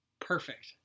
perfect